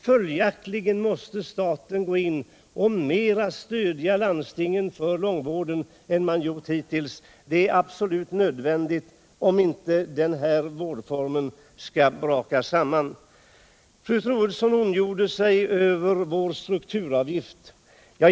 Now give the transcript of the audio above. Följaktligen måste staten ge landstingen mera stöd för långvården än vad den gjort hittills. Det är absolut nödvändigt om inte den här vårdformen skall braka samman. Fru Troedsson ondgjorde sig över den av oss föreslagna strukturavgiften.